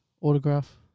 autograph